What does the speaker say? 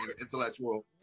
intellectual